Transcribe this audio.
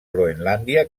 groenlàndia